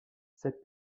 sept